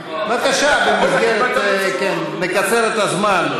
בבקשה, במסגרת, כן, לקצר את הזמן.